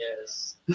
Yes